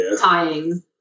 tying